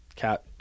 Cat